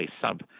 sub